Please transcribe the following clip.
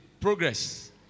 Progress